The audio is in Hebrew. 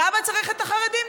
כמה צריך את החרדים?